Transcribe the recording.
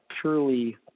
purely